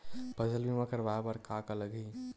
फसल बीमा करवाय बर का का लगही?